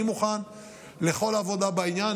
אני מוכן לכל עבודה בעניין,